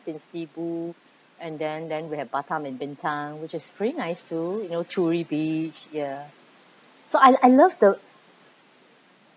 in sibu and then then we have batam and bintan which is pretty nice too you know turi beach ya so I I love the